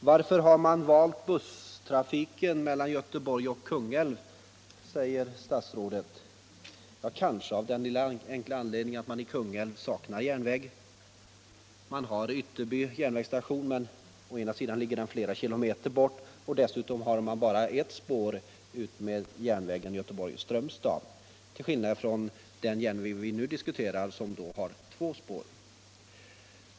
Varför har man valt busstrafik mellan Göteborg och Kungälv? frågar statsrådet. Ja, av den enkla anledningen att det saknas järnväg till Kungälv. Man har Ytterby järnvägsstation, men den ligger flera kilometer från Kungälv. Dessutom finns det bara ett spår på järnvägen Göteborg Strömstad, till skillnad från den järnväg vi nu diskuterar, som har två spår.